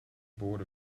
board